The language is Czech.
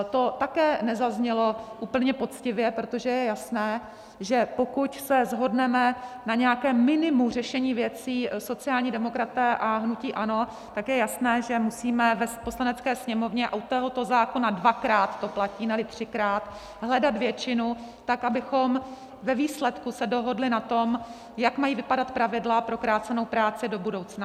To také nezaznělo úplně poctivě, protože je jasné, že pokud se shodneme na nějakém minimu řešení věcí, sociální demokraté a hnutí ANO, tak je jasné, že musíme v Poslanecké sněmovně, a u tohoto zákona to platí dvakrát, neli třikrát, hledat většinu, tak abychom ve výsledku se dohodli na tom, jak mají vypadat pravidla pro krácenou práci do budoucna.